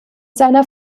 seiner